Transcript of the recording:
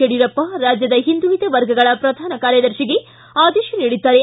ಯಡಿಯೂರಪ್ಪ ರಾಜ್ಯದ ಹಿಂದುಳಿದ ವರ್ಗಗಳ ಪ್ರಧಾನ ಕಾರ್ಯದರ್ಶಿಗೆ ಆದೇಶ ನೀಡಿದ್ದಾರೆ